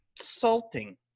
salting